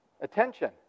attention